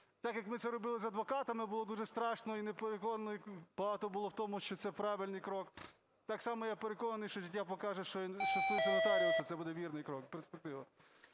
Так як ми це робили з адвокатами, було дуже страшно і непереконливо… багато було в тому, що це правильний крок, так само я переконаний, що життя покаже, що стосується нотаріусів, це буде вірний крок, перспектива.